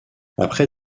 après